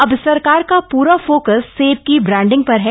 अब सरकार का पूरा फोकस सेब की ब्रांडिग पर है